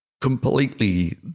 completely